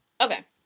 Okay